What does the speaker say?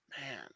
Man